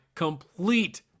complete